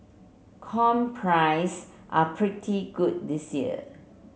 come price are pretty good this year